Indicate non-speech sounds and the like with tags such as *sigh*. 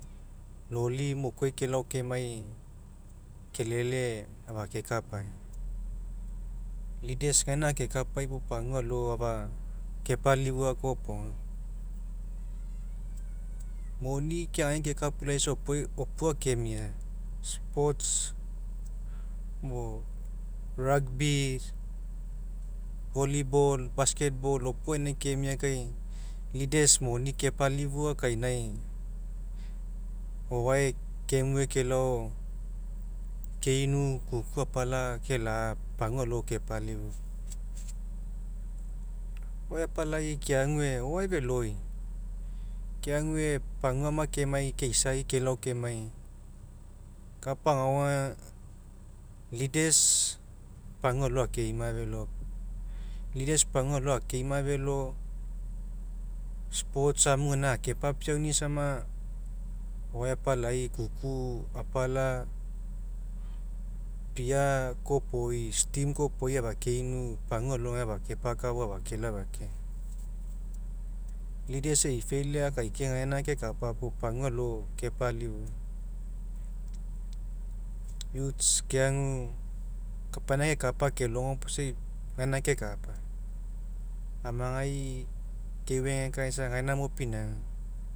Loli mokuai kelao kemai kelele afakekapai. Leaders gaina akekapai puo pagua alo afa kepalifua kopoga *noise* moni keagai kekapukaisa opua kemia sports mo rugby volleyball basketball opua gaina kemia kai leaders moni kepalifua kainai, o'oae keinu kuku apala kela'a pagua alo kepalifua. O'oae apalaii keague o'oae feloi, keague paguama kemai keisai kelao kemai kapa agao aga, leaders pagua alo akeima felo. Leaders pagua alo akeima felo sports amu gaina akepapiauni sama o'oae apalaii kuku apala pia kopoi steam kopoi afakeinu pagua alogai afakepakafo afakelao afakemai. Leaders e'i failure gaina akaikia gaina kekapa puo pagua alo kepalifua. Youths keagu kapaina akekapa isa akelogo puo gaina kekapa, amagai keuegekae isa gaina mo pinauga